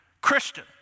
Christian